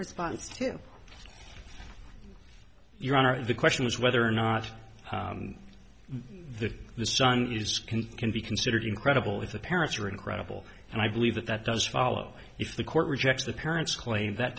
response to your honor the question was whether or not the son is can can be considered incredible if the parents are incredible and i believe that that does follow if the court rejects the parents claim that